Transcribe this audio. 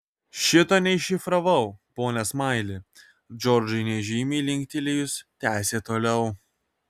šito neiššifravau pone smaili džordžui nežymiai linktelėjus tęsė toliau